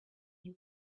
you